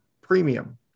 premium